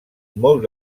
molt